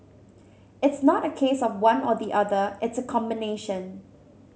it's not a case of one or the other it's a combination